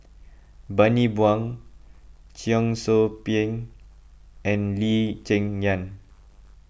Bani Buang Cheong Soo Pieng and Lee Cheng Yan